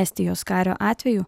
estijos kario atveju